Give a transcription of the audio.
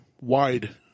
wide